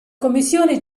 commissione